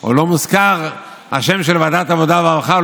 או לא מוזכר השם של ועדת העבודה והרווחה,